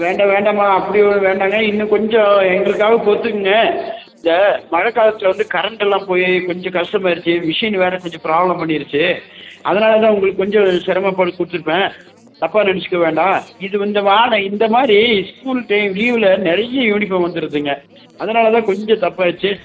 வேண்டாம் வேண்டாம்மா அப்படி ஒ வேண்டாம்ங்க இன்னும் கொஞ்சம் எங்களுக்காக பொறுத்துக்குங்க இந்த மழைக்காலத்துல வந்து கரண்ட்டெலாம் போய் கொஞ்சம் கஷ்டமாயிருச்சி மிஷின் வேறு கொஞ்சம் ப்ராப்ளம் பண்ணிடுச்சி அதனால் தான் உங்களுக்கு கொஞ்சம் சிரம பளு கொடுத்துருப்பேன் தப்பாக நினச்சிக்க வேண்டாம் இது வந்து இந்த வாரம் இந்தமாதிரி ஸ்கூல் டே லீவில் நிறைய யூனிஃபார்ம் வந்துடுதுங்க அதனால தான் கொஞ்சம் தப்பாயிடுச்சி